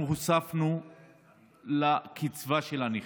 אנחנו הוספנו לקצבה של הנכים,